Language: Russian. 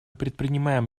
предпринимаем